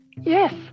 yes